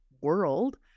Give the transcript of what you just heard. world